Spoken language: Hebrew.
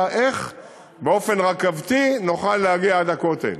איך באופן רכבתי נוכל להגיע עד הכותל.